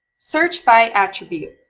search by attribute.